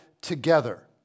together